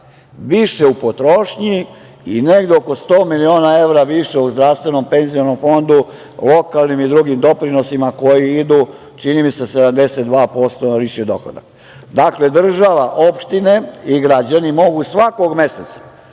više u potrošnji i negde oko 100 miliona evra više u zdravstvenom, penzionom fondu, u lokalnim i drugim doprinosima koji idu, čini mi se, 72% na lični dohoda. Dakle, država, opštine i građani mogu svakog meseca